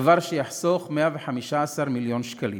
דבר שיחסוך 115 מיליון שקל,